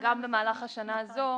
גם במהלך השנה הזו